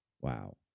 Wow